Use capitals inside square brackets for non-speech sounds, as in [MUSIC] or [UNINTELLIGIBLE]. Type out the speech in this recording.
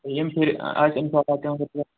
ییٚمہِ پھِرِ آسہِ اِنشا اللہ تِہُنٛد [UNINTELLIGIBLE]